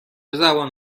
زبان